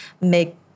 make